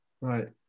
Right